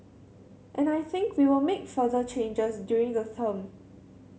and I think we will make further changes during the term